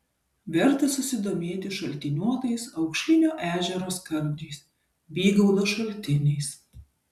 verta susidomėti šaltiniuotais aukšlinio ežero skardžiais bygaudo šaltiniais